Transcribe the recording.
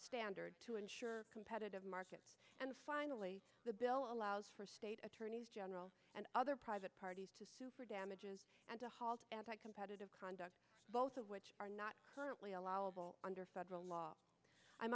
standard to ensure competitive market and finally the bill allows for state attorneys general and other private parties for damages and to halt anti competitive conduct both of which are not currently allowable under federal law